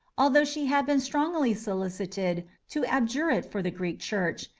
although she had been strongly solicited to abjure it for the greek church,